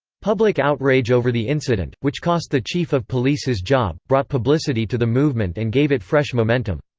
public outrage over the incident, which cost the chief of police his job, brought publicity to the movement and gave it fresh momentum.